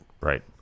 Right